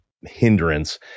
hindrance